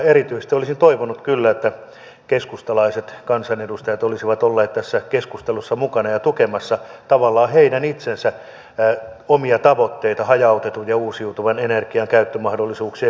erityisesti olisin toivonut kyllä että keskustalaiset kansanedustajat olisivat olleet tässä keskustelussa mukana ja tukemassa tavallaan heidän itsensä omia tavoitteita hajautetun ja uusiutuvan energian käyttömahdollisuuksien lisäämisestä